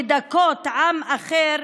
לדכא עם אחר,